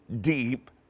deep